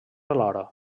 alhora